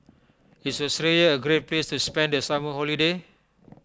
is Austria a great place to spend the summer holiday